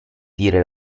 dire